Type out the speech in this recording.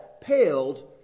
paled